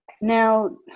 Now